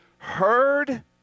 heard